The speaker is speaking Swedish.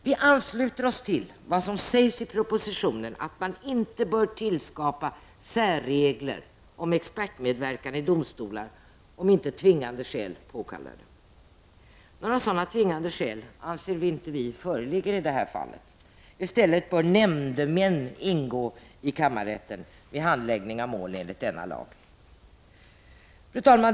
Vi ansluter oss till vad som sägs i propositionen, nämligen att man inte bör tillskapa särregler om expertmedverkan i domstolar om inte tvingande skäl påkallar det. Vi anser inte att några sådana tvingande skäl föreligger i dessa fall. I stället bör nämndemän ingå i kammarrätten vid handläggning av mål enligt denna lag. Fru talman!